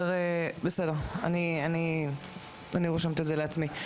אני רושמת את זה לעצמי.